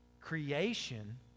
creation